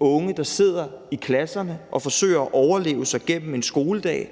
unge, der sidder i klasserne og forsøger at overleve gennem en skoledag